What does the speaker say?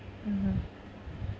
mmhmm